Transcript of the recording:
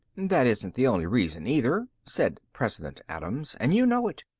that isn't the only reason, either, said president adams, and you know it.